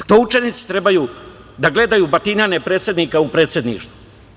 Jel to učenici treba da gledaju batinanje predsednika u predsedništvu?